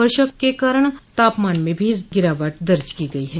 वर्षा के कारण तापमान में भी गिरावट दर्ज की गई है